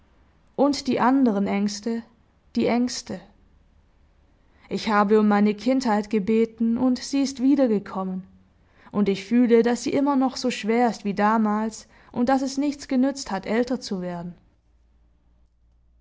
und die anderen ängste die ängste ich habe um meine kindheit gebeten und sie ist wiedergekommen und ich fühle daß sie immer noch so schwer ist wie damals und daß es nichts genützt hat älter zu werden